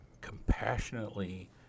Compassionately